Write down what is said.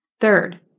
Third